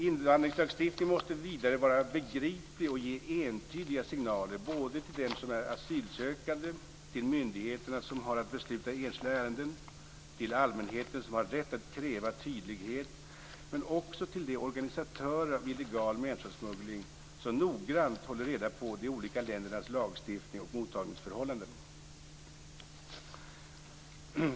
Invandringslagstiftningen måste vidare vara begriplig och ge entydiga signaler till dem som är asylsökande, till myndigheterna som har att besluta i enskilda ärenden, till allmänheten som har rätt att kräva tydlighet men också till de organisatörer av illegal människosmuggling som noggrant håller reda på de olika ländernas lagstiftning och mottagningsförhållanden.